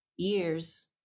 Years